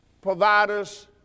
providers